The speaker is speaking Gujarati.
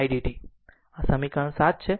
આ સમીકરણ 7 છે